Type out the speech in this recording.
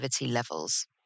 levels